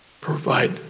provide